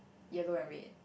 yellow and red